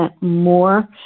more